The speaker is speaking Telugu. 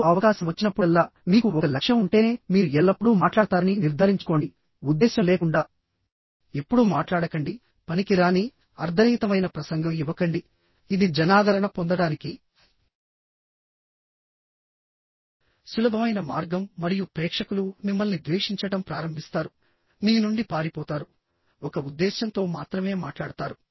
మీకు అవకాశం వచ్చినప్పుడల్లా మీకు ఒక లక్ష్యం ఉంటేనే మీరు ఎల్లప్పుడూ మాట్లాడతారని నిర్ధారించుకోండిఉద్దేశ్యం లేకుండా ఎప్పుడూ మాట్లాడకండి పనికిరాని అర్థరహితమైన ప్రసంగం ఇవ్వకండి ఇది జనాదరణ పొందడానికి సులభమైన మార్గం మరియు ప్రేక్షకులు మిమ్మల్ని ద్వేషించడం ప్రారంభిస్తారు మీ నుండి పారిపోతారు ఒక ఉద్దేశ్యంతో మాత్రమే మాట్లాడతారు